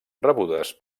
rebudes